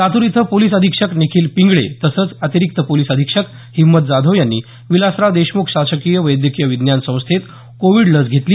लातूर इथं पोलीस अधीक्षक निखिल पिंगळे तसंच अतिरिक्त पोलिस अधीक्षक हिम्मत जाधव यांनी विलासराव देशमुख शासकीय वैद्यकीय विज्ञान संस्थेत कोविड लस घेतली